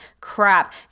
crap